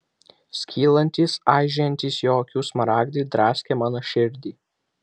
skylantys aižėjantys jo akių smaragdai draskė mano širdį